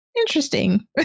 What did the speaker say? interesting